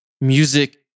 music